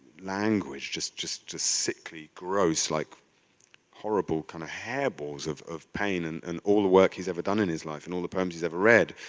language, just just sickly grows like horrible kind of hairballs of of pain and and all the work he's ever done in his life, and all the poems he's ever read,